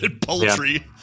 Poultry